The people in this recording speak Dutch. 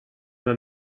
naar